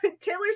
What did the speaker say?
taylor